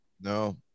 No